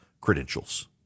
credentials